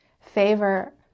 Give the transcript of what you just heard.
favor